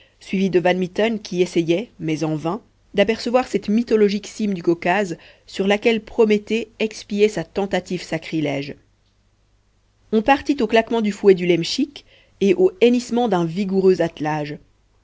suivis de van mitten qui essayait mais en vain d'apercevoir cette mythologique cime du caucase sur laquelle prométhée expiait sa tentative sacrilège on partit au claquement du fouet du iemschik et aux hennissements d'un vigoureux attelage